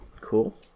Cool